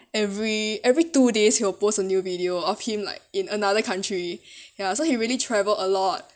every every two days he will post a new video of him like in another country ya so he really travel a lot